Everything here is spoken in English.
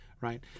Right